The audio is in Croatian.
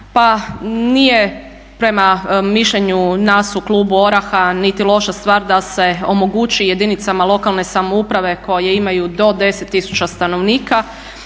pa nije prema mišljenju nas u klubu ORaH-a niti loša stvar da se omogući jedinicama lokalne samouprave koje imaju do 10 tisuća stanovnika,